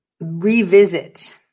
revisit